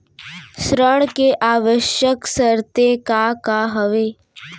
ऋण के आवश्यक शर्तें का का हवे?